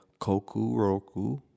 Kokuroku